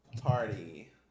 Party